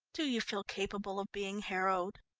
do you feel capable of being harrowed?